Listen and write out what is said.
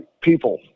people